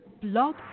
Blog